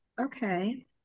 Okay